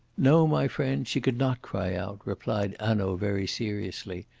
no, my friend, she could not cry out, replied hanaud very seriously.